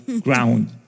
ground